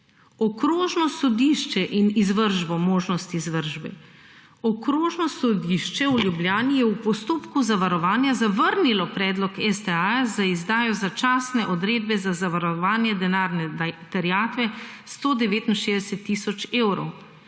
Okrožno sodišče in izvršbo, možnost izvršbe. Okrožno sodišče v Ljubljani je v postopku zavarovanja zavrnilo predlog STA za izdajo začasne odredbe za zavarovanje denarne terjatve, 169 tisoč evrov.